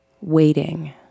waiting